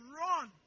run